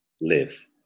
live